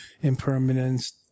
impermanence